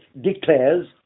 declares